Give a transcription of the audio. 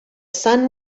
sun